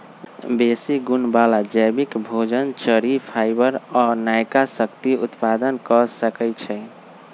बेशी गुण बला जैबिक भोजन, चरि, फाइबर आ नयका शक्ति उत्पादन क सकै छइ